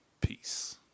Peace